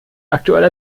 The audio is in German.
aktuelle